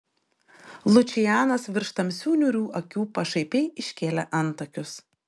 lučianas virš tamsių niūrių akių pašaipiai iškėlė antakius